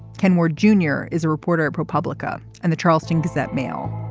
ken ward junior is a reporter at propublica and the charleston gazette mail